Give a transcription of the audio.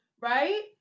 right